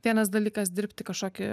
vienas dalykas dirbti kažkokį